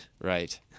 Right